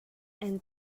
and